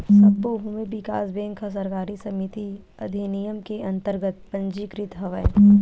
सब्बो भूमि बिकास बेंक ह सहकारी समिति अधिनियम के अंतरगत पंजीकृत हवय